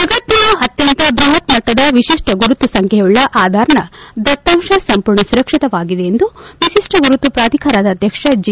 ಜಗತ್ತಿನ ಅತ್ಯಂತ ಬೃಹತ್ ಮಟ್ಟದ ವಿಶಿಷ್ಟ ಗುರುತು ಸಂಖ್ಯೆಯುಳ್ಳ ಆಧಾರ್ನ ದತ್ತಾಂಶ ಸಂಪೂರ್ಣ ಸುರಕ್ಷಿತವಾಗಿದೆ ಎಂದು ವಿಶಿಷ್ಟ ಗುರುತು ಪ್ರಾಧಿಕಾರದ ಅಧ್ಯಕ್ಷ ಜೆ